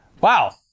Wow